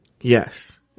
Yes